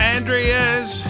Andrea's